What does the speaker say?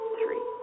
three